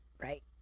Right